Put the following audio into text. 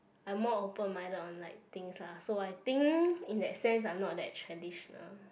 I'm more open minded on like things lah so I think in that sense I'm not that traditional